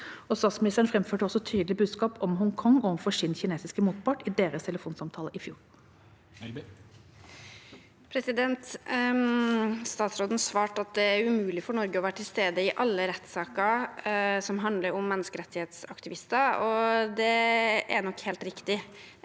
Statsministeren framførte også et tydelig budskap om Hongkong overfor sin kinesiske motpart i deres telefonsamtale i fjor. Guri Melby (V) Utenriksministeren svarte at det er umulig for Norge å være til stede i alle rettssaker som handler om menneskerettighetsaktivister, og det er nok helt riktig.